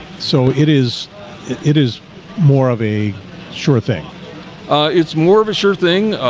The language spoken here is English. so it is it is more of a sure thing it's more of a sure thing